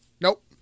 Nope